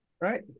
right